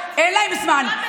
אין להם זמן.